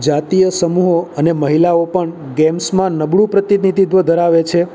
જાતીય સમૂહો અને મહિલાઓ પણ ગેમ્સમાં નબળું પ્રતિધિત્ત્વ ધરાવે છે